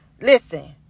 Listen